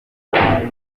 abahanga